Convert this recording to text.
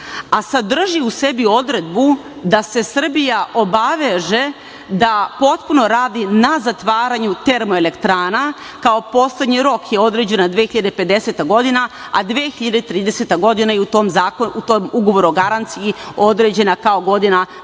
a sadrži u sebi odredbu da se Srbija obaveže da potpuno radi na zatvaranju termoelektrana, a kao poslednji rok je određena 2050. godina, a 2030. godina je u tom ugovoru o garanciji određena kao godina gde